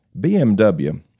BMW